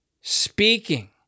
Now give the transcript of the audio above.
Speaking